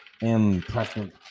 impressive